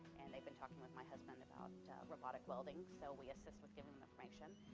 and they've been talking with my husband about robotic welding, so we assist with giving information.